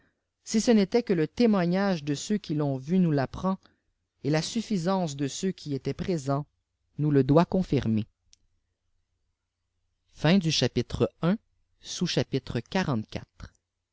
si ce n'était que le témoignage de ceux qui l'ont vu nous l'apprend et la suffisance de ceux qui étaient présents nous le doit confirmer